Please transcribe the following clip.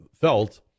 felt